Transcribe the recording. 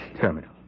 terminal